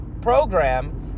program